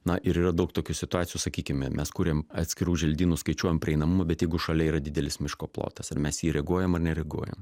na ir yra daug tokių situacijų sakykime mes kuriam atskirų želdynų skaičiuojam praeinamumą bet jeigu šalia yra didelis miško plotas ar mes į jį reaguojam nereaguojam